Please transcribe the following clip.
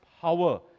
power